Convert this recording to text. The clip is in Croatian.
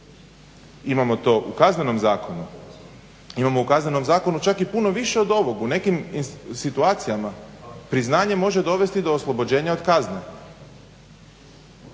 Imamo to u Kaznenom zakonu, imamo u Kaznenom zakonu čak i puno više od ovog. U nekim situacijama priznanje može dovesti do oslobođenja od kazne.